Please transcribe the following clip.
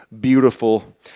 beautiful